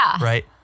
Right